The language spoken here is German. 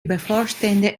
bevorstehende